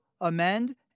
amend